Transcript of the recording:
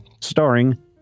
starring